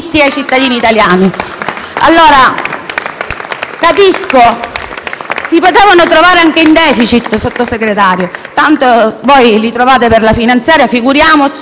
italiani. Si potevano trovare anche in *deficit*, signor Sottosegretario. Tanto voi li trovate per la finanziaria, figuriamoci per una situazione del genere.